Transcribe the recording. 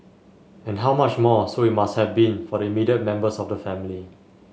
and how much more so it must have been for the immediate members of the family